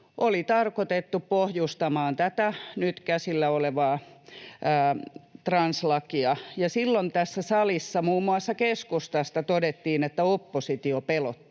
oli tarkoitettu pohjustamaan tätä nyt käsillä olevaa translakia. Silloin tässä salissa muun muassa keskustasta todettiin, että oppositio pelottelee.